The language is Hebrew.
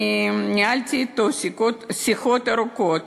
אני ניהלתי אתו שיחות ארוכות.